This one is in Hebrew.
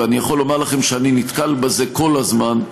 ואני יכול לומר לכם שאני נתקל בזה כל הזמן: